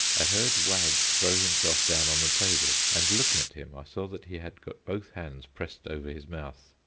i heard wag throw himself down on the table, and, looking at him, i saw that he had got both hands pressed over his mouth.